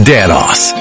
Danos